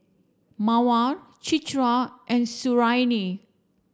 Mawar Citra and Suriani